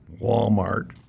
Walmart